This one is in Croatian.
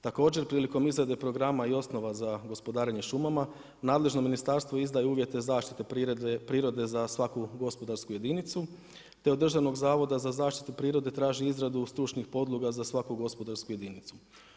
Također prilikom izrade programa i osnova za gospodarenje šumama nadležno ministarstvo izdaje uvjete zaštite prirode za svaku gospodarsku jedinicu, te od Državnog zavoda za zaštitu prirode traži izradu stručnih podloga za svaku gospodarsku jedinicu.